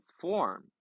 form